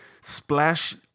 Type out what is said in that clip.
splash